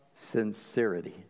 sincerity